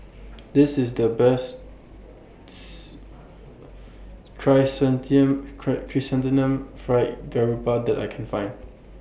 This IS The Best Chrysanthemum Fried Garoupa that I Can Find